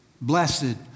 Blessed